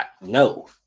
no